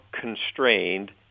constrained